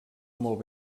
molt